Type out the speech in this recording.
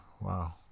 Wow